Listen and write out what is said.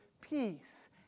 peace